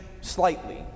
slightly